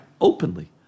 openly